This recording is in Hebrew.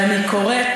ואני קוראת,